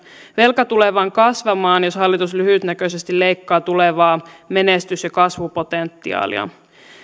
velka tulee vain kasvamaan jos hallitus lyhytnäköisesti leikkaa tulevaa menestys ja kasvupotentiaalia